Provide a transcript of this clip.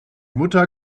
mutter